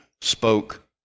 spoke